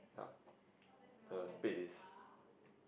okay